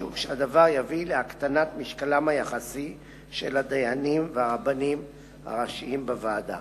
משום שהדבר יביא להקטנת משקלם היחסי של הדיינים והרבנים הראשיים בוועדה.